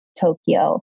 Tokyo